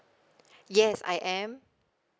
yes I am